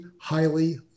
highly